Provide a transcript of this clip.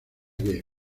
que